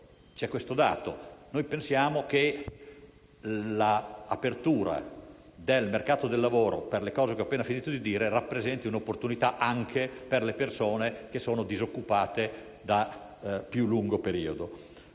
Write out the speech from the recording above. nostro parere - l'apertura del mercato del lavoro, per tutto quanto ho appena finito di dire, rappresenta un'opportunità anche per le persone che sono disoccupate da più lungo periodo.